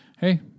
hey